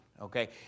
okay